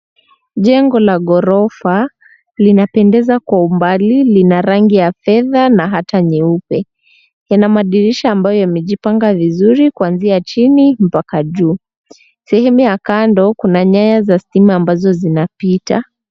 Jengo la ghorofa linapendeza kwa umbali. Lina rangi ya fedha na hata nyeupe. Yana madirisha ambayo yamejipanga vizuri kuanzia chini mpaka juu. Sehemu ya kando kuna nyaya za stima ambazo zinapita.